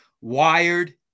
Wired